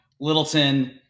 Littleton